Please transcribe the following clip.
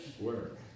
work